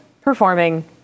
performing